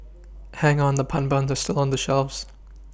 hang on the pun buns are still on the shelves